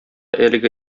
әлеге